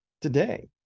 today